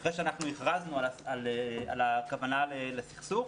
אחרי שהכרזנו על הכוונה לסכסוך,